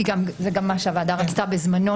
וזה גם מה שהוועדה רצתה בזמנו,